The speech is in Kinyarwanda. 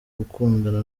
gukundana